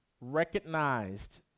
recognized